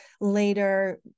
later